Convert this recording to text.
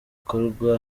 gikorwa